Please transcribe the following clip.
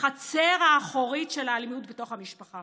החצר האחורית של אלימות בתוך המשפחה